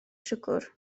siwgr